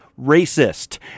racist